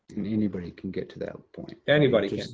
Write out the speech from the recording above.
and anybody can get to that point. anybody can,